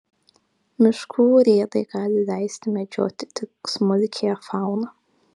miškų urėdai gali leisti medžioti tik smulkiąją fauną